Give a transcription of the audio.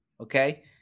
okay